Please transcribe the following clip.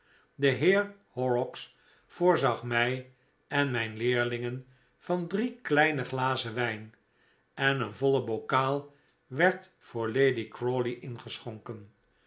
de heer horrocks voorzag mij en mijn leerlingen van drie kleine glazen wijft en een voile bokaal werd voor lady crawley ingeschonken